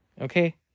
okay